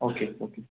okay okay